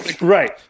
Right